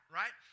right